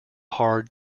hard